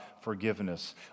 forgiveness